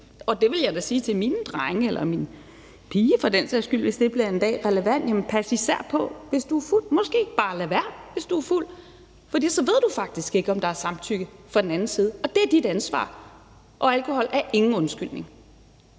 og det vil jeg da sige til mine drenge eller min pige for den sags skyld, hvis det en dag bliver relevant: Pas især på, hvis du er fuld, eller måske bare lad være, hvis du er fuld, for der ved du faktisk ikke, om der er samtykke fra den andens side, og det er dit ansvar, og alkohol er ingen undskyldning.